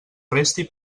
resti